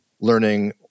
learning